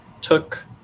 took